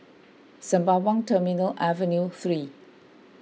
Sembawang Terminal Avenue three